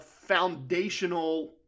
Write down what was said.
foundational